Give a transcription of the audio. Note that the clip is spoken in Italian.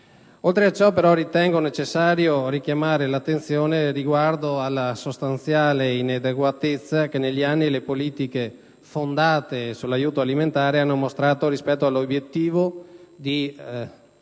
Oltre a ciò ritengo però necessario richiamare l'attenzione riguardo alla sostanziale inadeguatezza che, negli anni, le politiche fondate sull'aiuto alimentare hanno mostrato rispetto all'obiettivo di